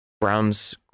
Browns